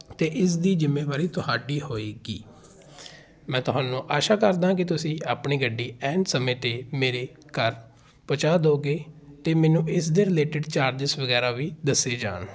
ਅਤੇ ਇਸਦੀ ਜ਼ਿੰਮੇਵਾਰੀ ਤੁਹਾਡੀ ਹੋਏਗੀ ਮੈਂ ਤੁਹਾਨੂੰ ਆਸ਼ਾ ਕਰਦਾ ਕਿ ਤੁਸੀਂ ਆਪਣੀ ਗੱਡੀ ਐਨ ਸਮੇਂ 'ਤੇ ਮੇਰੇ ਘਰ ਪਹੁੰਚਾ ਦੇਵੋਗੇ ਅਤੇ ਮੈਨੂੰ ਇਸਦੇ ਰਿਲੇਟਡ ਚਾਰਜਸ ਵਗੈਰਾ ਵੀ ਦੱਸੇ ਜਾਣ